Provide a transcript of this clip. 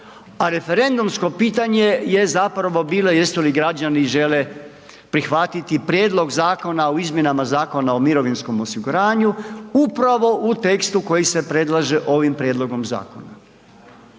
a referendumsko pitanje je zapravo bilo jesu li građani, žele prihvatiti prijedlog Zakona o izmjenama Zakona o mirovinskom osiguranju upravo u tekstu koji se predlaže ovim prijedlogom zakona.